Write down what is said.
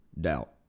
doubt